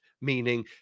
meaning